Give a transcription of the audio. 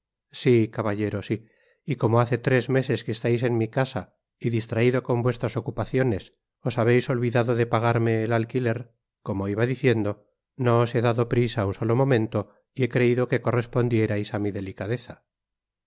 sí caballero sí y como hace tres meses que estais en mi casa y distraido con vuestras ocupaciones os habeis olvidado de pagarme ci alquiler como iba diciendo no os he dado prisa un solo momento y he creiti que corresponderíais á mi delicadeza